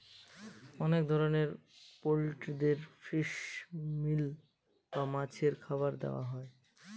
অনেক ধরনের পোল্ট্রিদের ফিশ মিল বা মাছের খাবার দেওয়া হয়